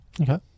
Okay